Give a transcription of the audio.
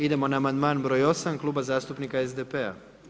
Idemo na amandman broj 8 Kluba zastupnika SDP-a.